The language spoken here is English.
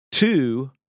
Two